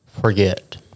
forget